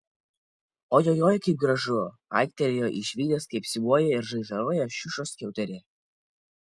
ojojoi kaip gražu aiktelėjo išvydęs kaip siūbuoja ir žaižaruoja šiušos skiauterė